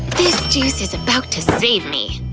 this juice is about to save me!